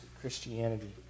Christianity